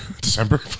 December